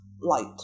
light